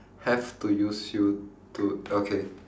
have to use you to okay